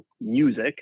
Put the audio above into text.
music